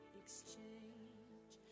exchange